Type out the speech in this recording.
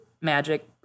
magic